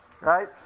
Right